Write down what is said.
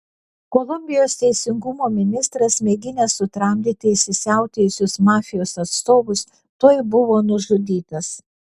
kolumbijos teisingumo ministras mėginęs sutramdyti įsisiautėjusius mafijos atstovus tuoj buvo nužudytas